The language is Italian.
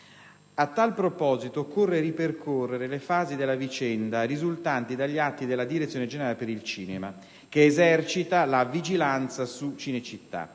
A tal proposito occorre ripercorrere le fasi della vicenda risultanti dagli atti della Direzione generale per il cinema, che esercita la vigilanza su Cinecittà,